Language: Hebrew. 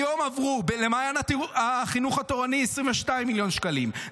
היום עברו למעיין החינוך התורני 22 מיליון שקלים,